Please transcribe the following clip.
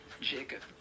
jacob